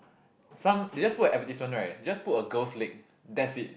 some they just put a advertisement right they saw put a girl's leg that's it